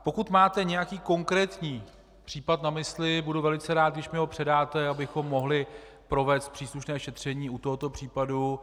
Pokud máte nějaký konkrétní případ na mysli, budu velice rád, když mi ho předáte, abychom mohli provést příslušné šetření u tohoto případu.